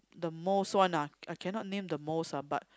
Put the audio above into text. the most one ah I cannot name the most ah but